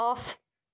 off